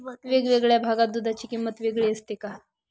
वेगवेगळ्या भागात दूधाची किंमत वेगळी असते का?